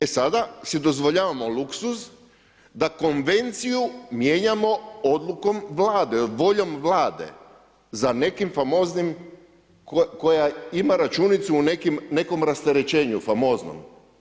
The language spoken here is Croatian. E sada si dozvoljavamo luksuz da konvenciju mijenjamo odlukom Vlade, voljom Vlade za nekim famoznim koja ima računicu u nekom rasterećenju famoznom.